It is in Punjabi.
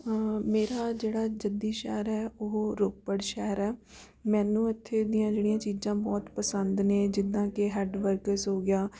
ਮੇਰਾ ਜਿਹੜਾ ਜੱਦੀ ਸ਼ਹਿਰ ਹੈ ਉਹ ਰੋਪੜ ਸ਼ਹਿਰ ਹੈ ਮੈਨੂੰ ਇੱਥੇ ਦੀਆਂ ਜਿਹੜੀਆਂ ਚੀਜ਼ਾਂ ਬਹੁਤ ਪਸੰਦ ਨੇ ਜਿੱਦਾਂ ਕਿ ਹੈੱਡਵਰਕਸ ਹੋ ਗਿਆ